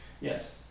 Yes